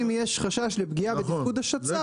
אם יש חשש לפגיעה בתפקוד השצ"פ,